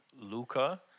Luca